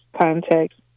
context